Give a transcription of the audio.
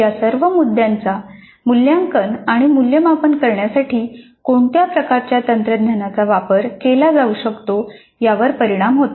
या सर्व मुद्द्यांचा मूल्यांकन आणि मूल्यमापन करण्यासाठी कोणत्या प्रकारच्या तंत्रज्ञानाचा वापर केला जाऊ शकतो यावर परिणाम होतो